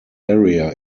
area